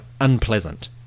unpleasant